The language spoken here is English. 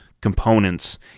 components